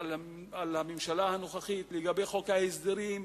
על הממשלה הנוכחית בעניין חוק ההסדרים,